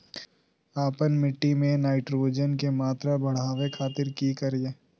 आपन मिट्टी में नाइट्रोजन के मात्रा बढ़ावे खातिर की करिय?